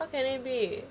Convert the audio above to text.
how can it be